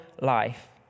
life